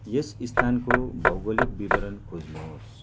यस स्थानको भौगोलिक विवरण खोज्नुहोस्